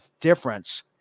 difference